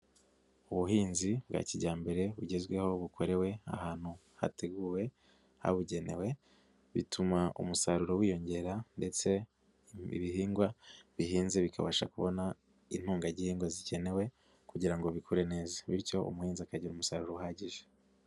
Ubuhinzi bwa kijyambere bugezweho bukorewe ahantu hateguwe, habugenewe, bituma umusaruro wiyongera ndetse ibihingwa bihinze bikabasha kubona intungaghingwa zikenewe kugira ngo bikure neza bityo umuhinzi akagira umusaruro uhagije.